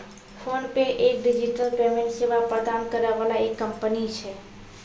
PhonePe एक digital payment सेवा प्रदान करै वाला एक कंपनी छै